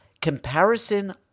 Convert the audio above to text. Comparison